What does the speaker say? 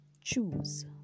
Choose